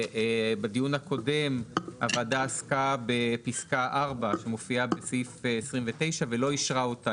בדיון הקודם הוועדה עסקה בפסקה (4) שמופיעה בסעיף 29 ולא אישרה אותו.